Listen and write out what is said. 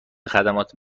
خدمات